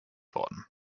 worden